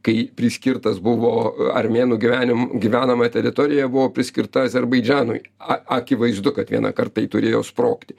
kai priskirtas buvo armėnų gyvenim gyvenama teritorija buvo priskirta azerbaidžanui a akivaizdu kad vienąkart tai turėjo sprogti